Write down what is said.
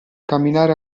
camminare